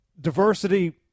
diversity